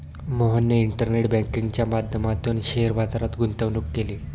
मोहनने इंटरनेट बँकिंगच्या माध्यमातून शेअर बाजारात गुंतवणूक केली